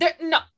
no